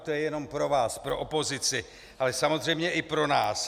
To je jenom pro vás, pro opozici, ale samozřejmě i pro nás.